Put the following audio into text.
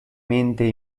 mente